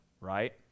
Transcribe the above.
right